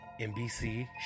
NBC